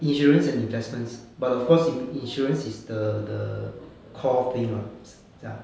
insurance and investments but of course in insurance is the the core thing lah s~ ya